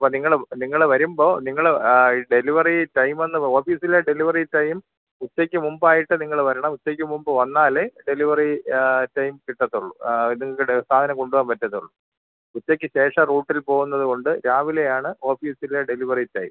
അപ്പം നിങ്ങൾ നിങ്ങൾ വരുമ്പോൾ നിങ്ങൾ ഡെലിവറി ടൈമെന്ന് ഓഫീസിലെ ഡെലിവറി ടൈം ഉച്ചയ്ക്ക് മുമ്പായിട്ട് നിങ്ങൾ വരണം ഉച്ചയ്ക്ക് മുമ്പ് വന്നാലെ ഡെലിവറി ടൈം കിട്ടത്തുള്ളു എന്നിട്ട് നിങ്ങൾക്കത് സാധനം കൊണ്ടുപോവാൻ പറ്റത്തുള്ളു ഉച്ചയ്ക്ക് ശേഷം റൂട്ടിൽ പോവുന്നതുകൊണ്ട് രാവിലെയാണ് ഓഫീസിലെ ഡെലിവറി ടൈം